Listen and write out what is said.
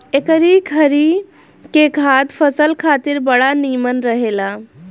एकरी खरी के खाद फसल खातिर बड़ा निमन रहेला